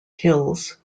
hills